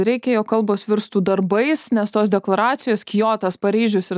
reikia jog kalbos virstų darbais nes tos deklaracijos kiotas paryžius ir